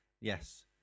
Yes